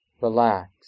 relax